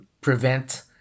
prevent